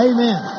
Amen